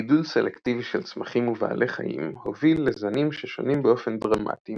גידול סלקטיבי של צמחים ובעלי חיים הוביל לזנים ששונים באופן דרמטי